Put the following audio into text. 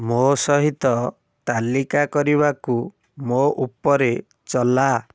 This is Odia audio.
ମୋ ସହିତ ତାଲିକା କରିବାକୁ ମୋ ଉପରେ ଚଲା